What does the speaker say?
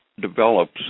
develops